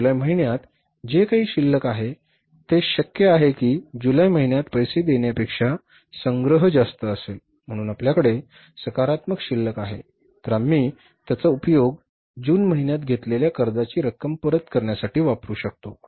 तर जुलै महिन्यात जे काही शिल्लक आहे ते शक्य आहे की जुलै महिन्यात पैसे देण्यापेक्षा संग्रह जास्त असेल म्हणून आपल्याकडे सकारात्मक शिल्लक आहे तर आम्ही त्याचा उपयोग जुन महिन्यात घेतलेल्या कर्जाची रक्कम परत करण्यासाठी वापरू शकतो